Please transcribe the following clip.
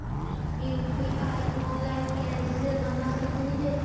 UPI online कैसे बना सकली हे?